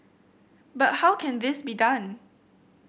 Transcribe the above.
but how can this be done